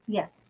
Yes